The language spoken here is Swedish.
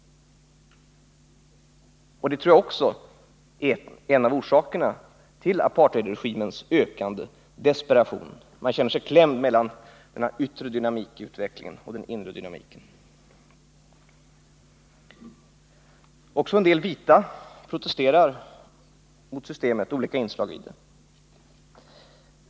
Det tror jag är en av orsakerna till apartheidregimens ökande desperation — man känner sig klämd mellan den yttre dynamiken i utvecklingen och den inre dynamiken. Också en del vita protesterar mot olika inslag i systemet.